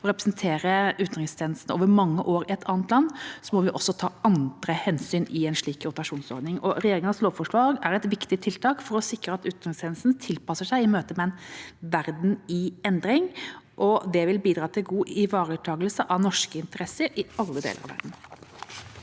å representere utenrikstjenesten over mange år i et annet land, må vi også ta andre hensyn i en slik rotasjonsordning. Regjeringas lovforslag er et viktig tiltak for å sikre at utenrikstje nesten tilpasser seg i møte med en verden i endring, og det vil bidra til god ivaretakelse av norske interesser i alle deler av verden.